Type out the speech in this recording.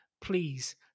Please